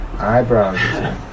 Eyebrows